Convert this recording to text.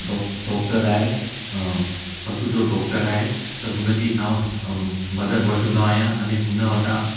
डॉ doctor आहे पशु जो डॉक्टर आहे त हुनजी मां मदद वठंदो आहियां अने हुन वटां